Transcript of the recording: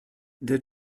der